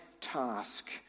task